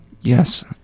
Yes